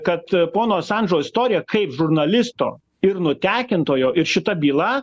kad pono asandžo istorija kaip žurnalisto ir nutekintojo ir šita byla